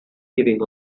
giving